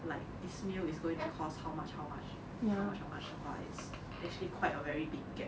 like this meal is going to cost how much how much how much how much 的话 it's actually quite a very big gap